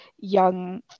young